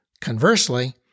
Conversely